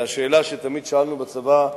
והשאלה שתמיד שאלנו בצבא,